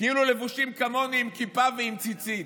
לבושים כמוני, בכיפה ובציצית.